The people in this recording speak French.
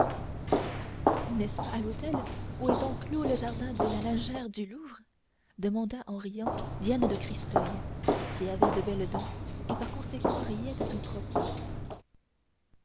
n'est-ce pas l'hôtel où est enclos le jardin de la lingère du louvre demanda en riant diane de christeuil qui avait de belles dents et par conséquent riait à tout propos